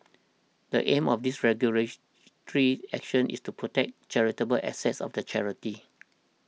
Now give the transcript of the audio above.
the aim of this regulatory action is to protect charitable assets of the charity